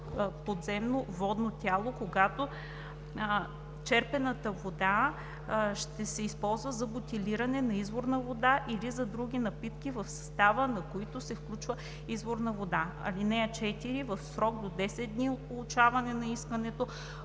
подземно водно тяло, когато черпената вода ще се използва за бутилиране на изворна вода или за други напитки, в състава на които се включва изворна вода. (4) В срок до 10 дни от получаване на искането